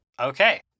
Okay